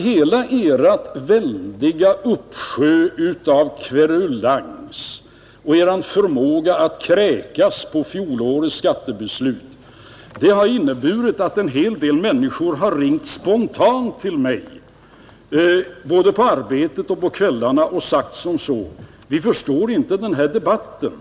Hela er väldiga uppsjö av kverulans och er förmåga att kräkas på fjolårets skattebeslut har inneburit att en mängd människor spontant har ringt till mig, både på arbetet och till hemmet på kvällarna, och sagt att vi förstår inte den här debatten.